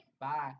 Bye